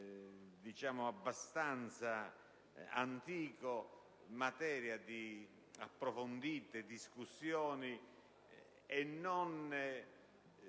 problema abbastanza antico, materia di approfondite discussioni, e non